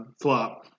flop